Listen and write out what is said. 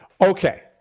Okay